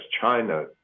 China